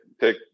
take